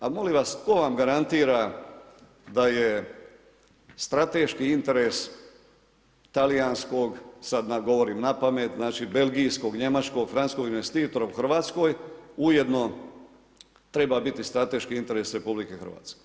A molim vas tko vam garantira da je strateški interes talijanskog, sada govorim napamet, znači belgijskog, njemačkog, francuskog investitora u Hrvatskoj ujedno treba biti strateški interes RH?